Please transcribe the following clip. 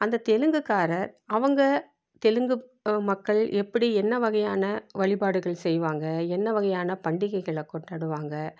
அந்த தெலுங்குக்காரர் அவங்க தெலுங்கு மக்கள் எப்படி என்ன வகையான வழிபாடுகள் செய்வாங்க என்ன வகையான பண்டிகைகளை கொண்டாடுவாங்க